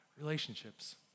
relationships